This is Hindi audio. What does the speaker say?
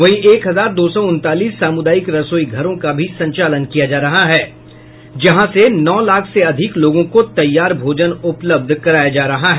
वहीं एक हजार दो सौ उनतालीस सामुदायिक रसोई घरों का भी संचालन किया जा रहा हैं जहां से नौ लाख से अधिक लोगों को तैयार भोजन उपलब्ध कराया जा रहा है